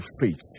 faith